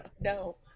No